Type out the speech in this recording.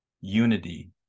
unity